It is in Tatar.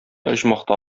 оҗмахта